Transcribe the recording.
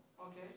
Okay